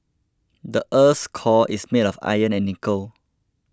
the earth's core is made of iron and nickel